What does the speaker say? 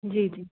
जी जी